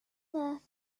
worth